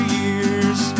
years